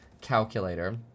calculator